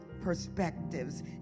perspectives